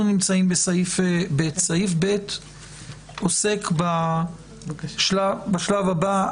אנחנו נמצאים בסעיף ב', שעוסק בשלב הבא.